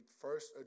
first